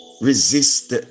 resist